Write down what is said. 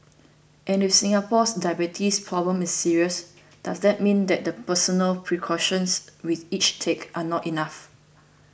and if Singapore's diabetes problem is serious does that mean that the personal precautions we each take are not enough